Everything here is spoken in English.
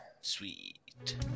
Sweet